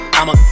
I'ma